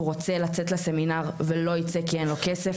רוצה לצאת לסמינר ולא ייצא כי אין לו כסף,